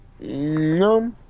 No